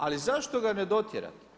Ali zašto ga ne dotjerati.